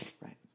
Right